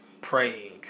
praying